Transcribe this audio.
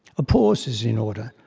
a pause is in order.